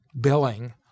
billing